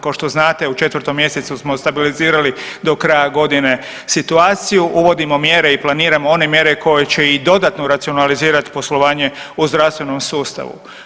Ko što znate u 4. mjesecu smo stabilizirali do kraja godine situaciju, uvodimo mjere i planiramo one mjere koje će i dodatno racionalizirati poslovanje u zdravstvenom sustavu.